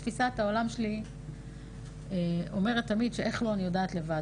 בתפיסת העולם שלי אומרת תמיד שאיך לא אני יודעת לבד,